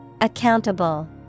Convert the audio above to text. Accountable